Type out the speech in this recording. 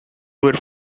were